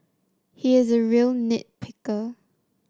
he is a real nit picker